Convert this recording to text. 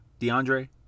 DeAndre